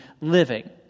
living